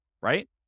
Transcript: right